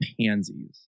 pansies